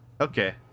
okay